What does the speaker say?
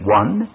one